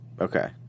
Okay